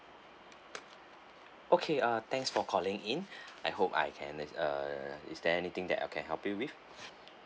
okay uh thanks for calling in I hope I can uh is there anything that I can help you with